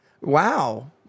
Wow